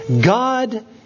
God